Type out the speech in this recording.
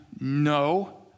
No